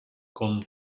con